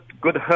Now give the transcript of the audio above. good